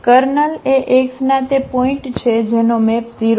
kernel એ X ના તે પોઇન્ટછે જેનો મેપ 0 છે